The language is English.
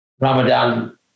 Ramadan